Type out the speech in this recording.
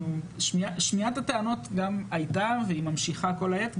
שמיעת הטענות גם הייתה והיא ממשיכה כל העת.